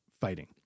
fighting